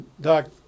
Doc